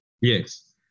Yes